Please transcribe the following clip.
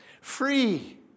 Free